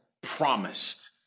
promised